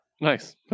Nice